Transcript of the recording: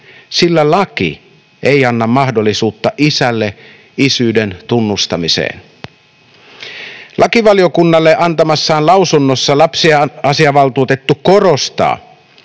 sillä laki ei anna mahdollisuutta isälle isyyden tunnustamiseen. Lakivaliokunnalle antamassaan lausunnossa lapsiasiavaltuutettu korostaa,